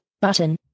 button